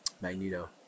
Magneto